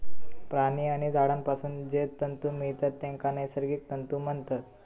प्राणी आणि झाडांपासून जे तंतु मिळतत तेंका नैसर्गिक तंतु म्हणतत